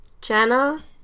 Jenna